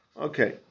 Okay